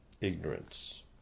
ignorance